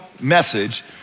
message